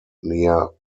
near